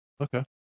okay